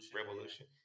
Revolution